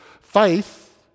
faith